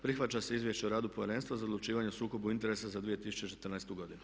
Prihvaća se Izvješće o radu Povjerenstva za odlučivanje o sukobu interesa za 2014. godinu.